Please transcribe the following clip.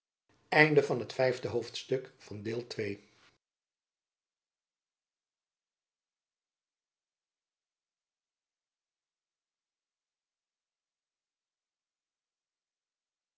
vijfde hoofdstuk waarin van